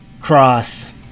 Cross